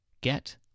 get